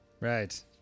Right